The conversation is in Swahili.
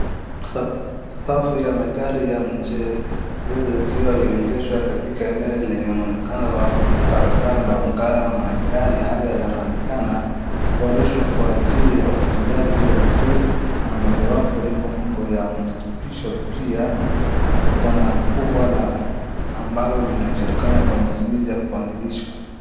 Safu ya magari ya mchezo yakiwa yameegeshwa katika eneo lenye muonekano wa karakana au ungala. Magari haya yanaonekana kuboreshwa kwa ajili ya utendaji wa juu na mojawapo lipo mambo ya mtupisho. Pia kuna kubwa la ambalo linajulikana kwa matumizi ya kuandilishwa.